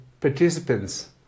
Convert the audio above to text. participants